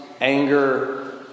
anger